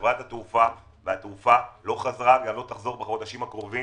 חברת התעופה והתעופה לא חזרה לפעילות וגם לא תחזור בחודשים הקרובים.